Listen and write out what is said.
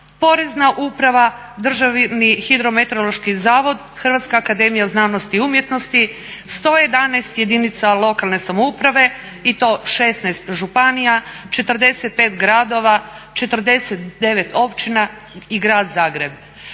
Porezna uprava, Državni hidrometeorološki zavod, Hrvatska akademija znanosti i umjetnosti, 111 jedinica lokalne samouprave i to 16 županija, 45 gradova, 49 općina i Grad Zagreb